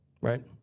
Right